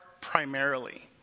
primarily